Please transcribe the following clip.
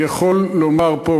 אני יכול לומר פה,